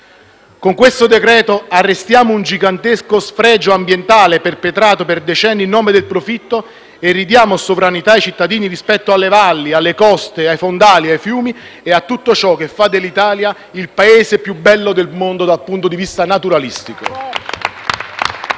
Con questo provvedimento arrestiamo un gigantesco sfregio ambientale perpetrato per decenni in nome del profitto e ridiamo sovranità ai cittadini rispetto alle valli, alle coste, ai fondali, ai fiumi e a tutto ciò che fa dell'Italia il Paese più bello del mondo dal punto di vista naturalistico.